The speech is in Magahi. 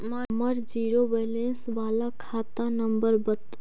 हमर जिरो वैलेनश बाला खाता नम्बर बत?